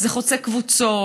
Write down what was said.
זה חוצה קבוצות.